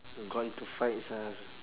got into fights ah